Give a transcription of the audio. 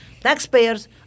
taxpayers